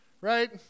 right